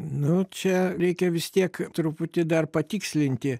nu čia reikia vis tiek truputį dar patikslinti